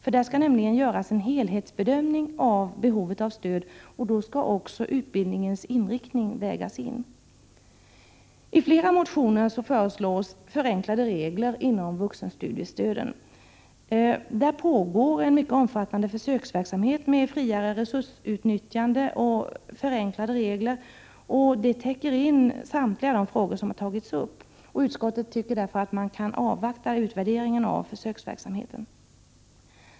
En helhetsbedömning skall nämligen göras av behovet av stöd, och då skall också utbildningens inriktning vägas in. I flera motioner föreslås förenklade regler inom vuxenstudiestöden. En mycket omfattande försöksverksamhet pågår med friare resursutnyttjande och förenklade regler. Denna försöksverksamhet täcker in samtliga de frågor som har tagits upp. Utskottet anser därför att man kan avvakta utvärderingen av försöksverksamheten.